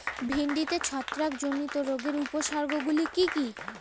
ভিন্ডিতে ছত্রাক জনিত রোগের উপসর্গ গুলি কি কী?